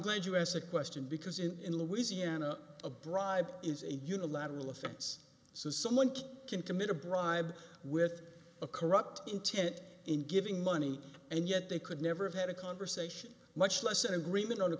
glad you asked the question because in in louisiana a bribe is a unilateral offense so someone can commit a bribe with a corrupt intent in giving money and yet they could never have had a conversation much less an agreement on